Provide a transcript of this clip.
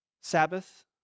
Sabbath